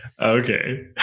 Okay